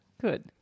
Good